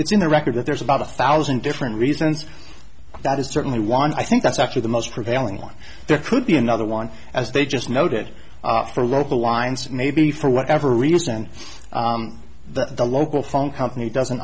it's in the record that there's about a thousand different reasons that is certainly want i think that's actually the most prevailing one there could be another one as they just noted for local lines maybe for whatever reason that the local phone company doesn't